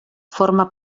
forma